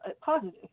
positive